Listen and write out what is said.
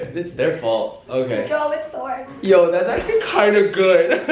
it's their fault. okay. draw with sorn! yo, that's actually kind of good!